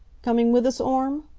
coming with us, orme?